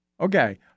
Okay